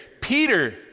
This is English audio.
Peter